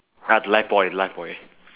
ah the lifebuoy lifebuoy